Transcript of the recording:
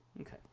Okay